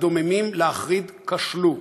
הדוממים-להחריד כשלו.